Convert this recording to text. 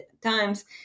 times